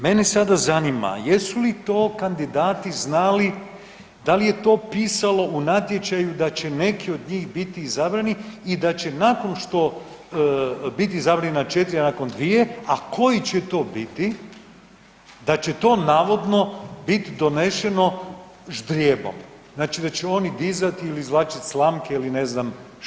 Mene sada zanima jesu li to kandidati znali, da li je to pisalo u natječaju da će neki od njih biti izabrani i da će nakon što biti izabrani na četiri, a nakon dvije, a koji će to biti da će to navodno bit donešeno ždrijebom, znači da će oni dizati ili izvlačiti slamke ili ne znam što?